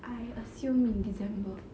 I assume in december